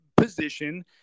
position